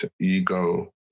ego